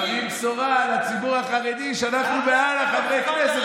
נביא בשורה לציבור החרדי שאנחנו מעל לחברי הכנסת,